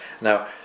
Now